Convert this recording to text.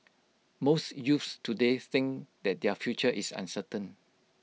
most youths today think that their future is uncertain